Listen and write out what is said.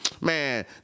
man